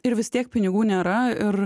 ir vis tiek pinigų nėra ir